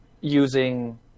using